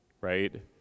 Right